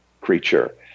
creature